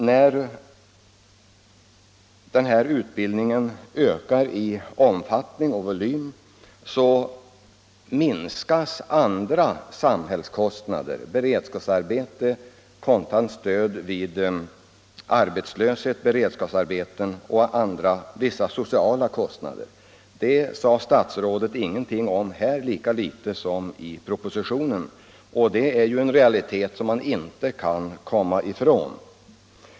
När denna utbildning ökar i omfattning och volym, så minskas andra samhällskostnader: kostnaderna för beredskapsarbeten, kontantstödet vid arbetslöshet och vissa sociala kostnader. Det sade statsrådet ingenting om här, lika litet som hon gör det i propositionen. Men detta är en realitet som man inte kan komma ifrån.